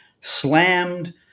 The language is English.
slammed